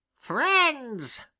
friends,